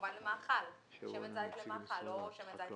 כמובן שמן זית למאכל ולא למאור.